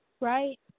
Right